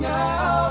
now